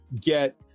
get